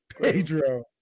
Pedro